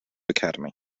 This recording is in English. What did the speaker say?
academy